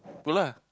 pull lah